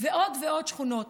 ועוד ועוד שכונות.